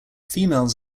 females